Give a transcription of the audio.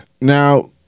Now